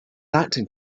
acting